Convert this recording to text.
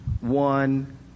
one